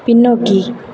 பின்னோக்கி